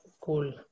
Cool